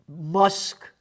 Musk